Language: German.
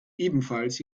ebenfalls